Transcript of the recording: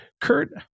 Kurt